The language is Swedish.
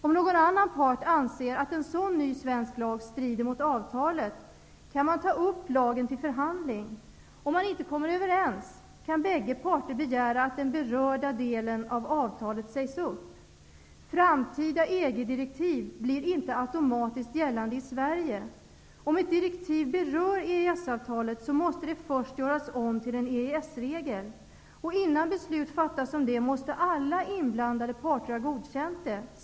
Om någon annan part anser att en sådan ny svensk lag strider mot avtalet, kan man ta upp lagen till förhandling. Om man inte kommer överens, kan bägge parter begära att den berörda delen av avtalet sägs upp. Framtida EG-direktiv blir inte automatiskt gällande i Sverige. Om ett direktiv berör EES-avtalet, måste det först göras om till en EES-regel. Innan beslut därom fattas måste alla inblandade parter ha godkänt detta.